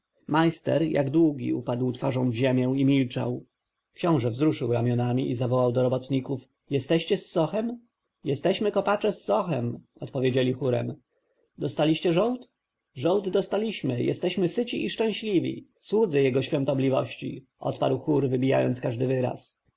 zapytał majster jak długi upadł twarzą na ziemię i milczał książę wzruszył ramionami i zawołał do robotników jesteście z sochem jesteśmy kopacze z sochem odpowiedzieli chórem dostaliście żołd żołd dostaliśmy jesteśmy syci i szczęśliwi słudzy jego świątobliwości odparł chór wybijając każdy wyraz